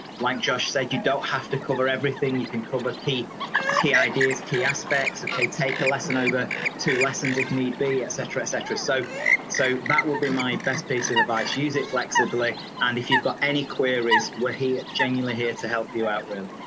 like josh said you don't have to cover everything. you can cover key key ideas. key aspects. ok, take a lesson over two lessons if need be etc etc. so so that would be my best piece of advice. use it flexibly and if you've got any queries where he genuinely here to help you out, really.